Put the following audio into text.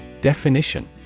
Definition